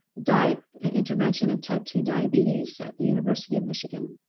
diet intervention in type two diabetes at the university of michigan.